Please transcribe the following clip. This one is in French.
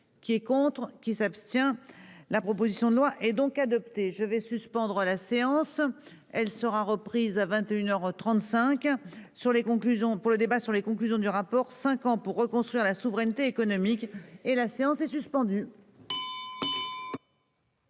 qui est contre qui s'abstient la proposition de loi et donc adopté je vais suspendre la séance, elle sera reprise à 21 heures 35 sur les conclusions pour le débat sur les conclusions du rapport 5 ans pour reconstruire la souveraineté économique et la séance est suspendue.